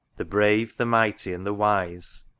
the brave, the mighty, and the wise,